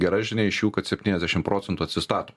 gera žinia iš šių kad septyniasdešim procentų atsistato